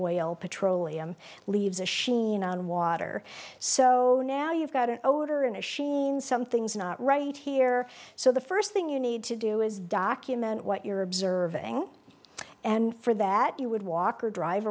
oil petroleum leaves a sheen on water so now you've got an odor and something's not right here so the first thing you need to do is document what you're observing and for that you would walk or drive